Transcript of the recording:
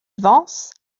vence